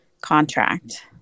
contract